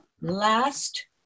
last